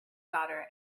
daughter